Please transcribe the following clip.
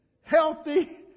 healthy